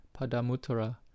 Padamuttara